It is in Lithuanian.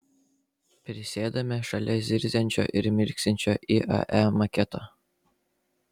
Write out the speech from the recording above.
prisėdame šalia zirziančio ir mirksinčio iae maketo